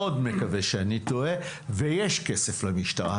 מאוד מקווה שאני טועה ויש כסף למשטרה.